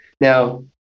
Now